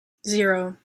zero